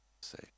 say